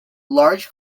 large